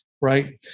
right